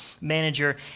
manager